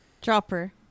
Dropper